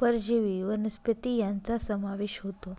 परजीवी वनस्पती यांचा समावेश होतो